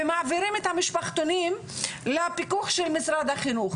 ומעבירים את המשפחתונים לפיקוח של משרד החינוך.